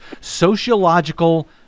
sociological